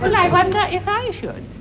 i wonder if i should.